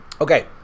Okay